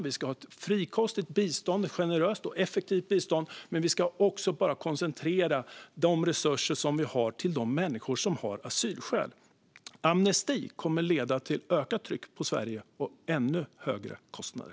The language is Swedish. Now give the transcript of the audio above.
Vi ska ha ett generöst och effektivt bistånd, men vi ska också koncentrera de resurser vi har till de människor som har asylskäl. Amnesti kommer att leda till ökat tryck på Sverige och ännu högre kostnader.